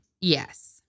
Yes